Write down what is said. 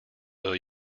will